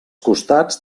costats